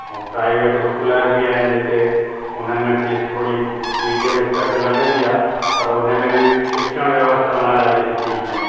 ऐं private school बि आहिनि जेके हुननि में फीस थोरी मीडियम स्तर ते लॻंदी आहे पर हुनमें बि शिक्षण व्यवस्था माना ॾाढी सुठी ॾींदा आहिनि